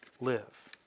live